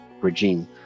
regime